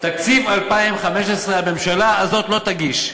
תקציב 2015 הממשלה הזאת לא תגיש.